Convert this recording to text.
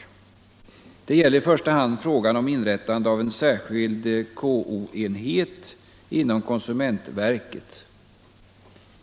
Detta gäller i första hand frågan om inrättande av en särskild KO-enhet inom konsumentverket.